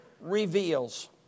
reveals